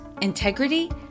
integrity